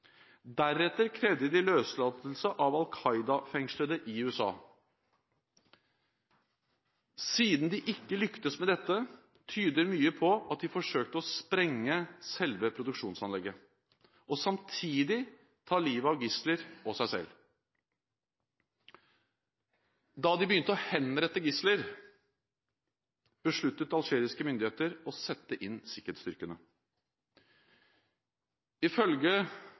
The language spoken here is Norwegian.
Deretter krevde de løslatelse av Al Qaida-fengslede i USA. Siden de ikke lyktes med dette, tyder mye på at de forsøkte å sprenge selve produksjonsanlegget, og samtidig ta livet av gisler og seg selv. Da de begynte å henrette gisler, besluttet algeriske myndigheter å sette inn sikkerhetsstyrkene. Ifølge